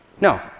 No